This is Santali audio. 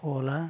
ᱚᱞᱟ